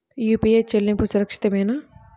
UPI చెల్లింపు సురక్షితమేనా?